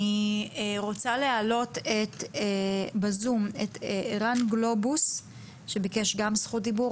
אני רוצה להעלות בזום את ערן גלובוס שביקש רשות דיבור.